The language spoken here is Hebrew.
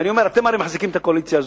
ואתם הרי מחזיקים את הקואליציה הזאת,